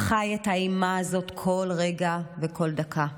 חי את האימה הזאת כל רגע וכל דקה.